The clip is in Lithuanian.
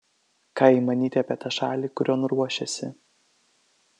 ką jai manyti apie tą šalį kurion ruošiasi